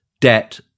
debt